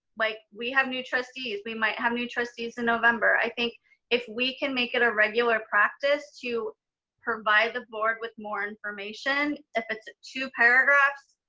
like we have new trustees, we might have new trustees in november. i think if we can make it a regular practice to provide the board with more information, if it's two paragraphs,